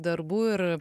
darbų ir